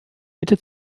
bitte